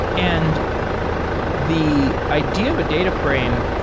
and the idea of a data frame,